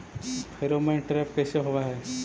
Pheromone trap कैसे होब हई?